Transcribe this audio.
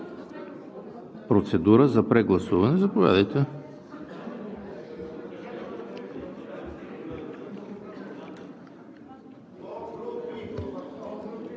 Процедура за прегласуване? Заповядайте.